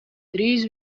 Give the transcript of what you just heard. drīz